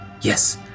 Yes